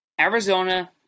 Arizona